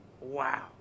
Wow